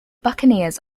buccaneers